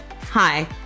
Hi